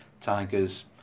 Tigers